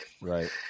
Right